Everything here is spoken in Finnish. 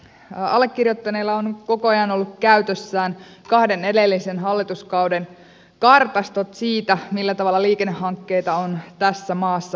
allekirjoittaneella on koko ajan ollut käytössään kahden edellisen hallituskauden kartastot siitä millä tavalla liikennehankkeita on tässä maassa jaettu